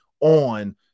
on